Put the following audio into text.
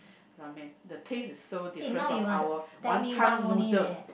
ramen the taste is so different from our wanton noodle